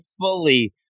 fully